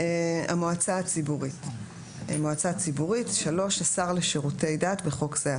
מועצה ציבורית 3. (א)השר לשירותי דת (בחוק זה,